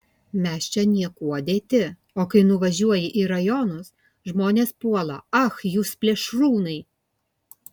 mes čia niekuo dėti o kai nuvažiuoji į rajonus žmonės puola ach jūs plėšrūnai